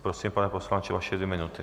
Prosím, pane poslanče, vaše dvě minuty.